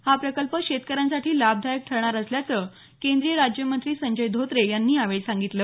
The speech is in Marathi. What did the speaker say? हा प्रकल्प शेतकऱ्यांसाठी लाभदायक ठरणार असल्याचं केंद्रीय राज्यमंत्री संजय धोत्रे यांनी यावेळी सांगितलं